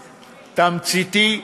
תמציתי,